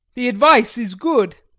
the advice is good!